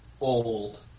old